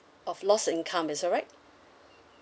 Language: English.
of lost income is all right